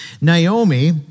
Naomi